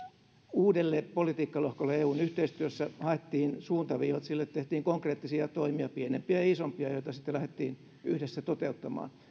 uudelle politiikkalohkolle eun yhteistyössä haettiin suuntaviivat sille tehtiin konkreettisia toimia pienempiä ja isompia joita sitten lähdettiin yhdessä toteuttamaan